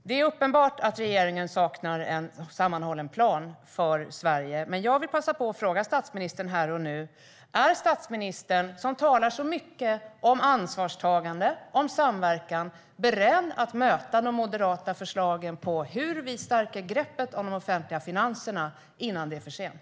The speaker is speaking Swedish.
Det är uppenbart att regeringen saknar en sammanhållen plan för Sverige, men jag vill passa på att fråga statsministern här och nu: Är statsministern, som talar så mycket om ansvarstagande och samverkan, beredd att möta de moderata förslagen för hur vi stärker greppet om de offentliga finanserna innan det är för sent?